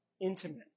intimate